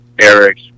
Eric